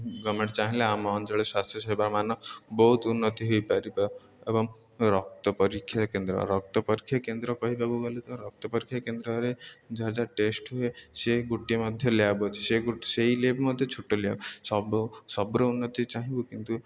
government ଚାହିଁଲେ ଆମ ଅଞ୍ଚଳରେ ସ୍ୱାସ୍ଥ୍ୟ ସେବା ମାନ ବହୁତ ଉନ୍ନତି ହେଇପାରିବ ଏବଂ ରକ୍ତ ପରୀକ୍ଷା କେନ୍ଦ୍ର ରକ୍ତ ପରୀକ୍ଷା କେନ୍ଦ୍ର କହିବାକୁ ଗଲେ ତ ରକ୍ତ ପରୀକ୍ଷା କେନ୍ଦ୍ରରେ ଯାହା ଯାହା ଟେଷ୍ଟ ହୁଏ ସେ ଗୋଟିଏ ମଧ୍ୟ ଲ୍ୟାବ୍ ଅଛି ସେ ସେଇ ଲ୍ୟାବ୍ ମଧ୍ୟ ଛୋଟ ଲ୍ୟାବ୍ ସବୁ ସବୁର ଉନ୍ନତି ଚାହିଁବୁ କିନ୍ତୁ